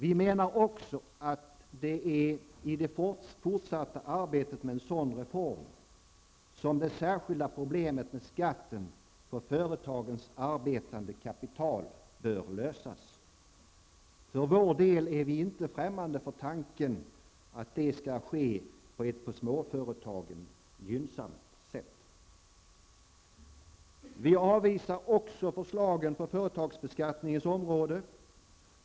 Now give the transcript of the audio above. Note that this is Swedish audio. Vi menar också att det är i det fortsatta arbetet med en sådan reform som det särskilda problemet med skatten på företagens arbetande kapital bör lösas. För vår del är vi inte främmande för tanken att detta skall ske på ett för småföretagen gynnsamt sätt. Vi avvisar också förslagen på företagsbeskattningens område.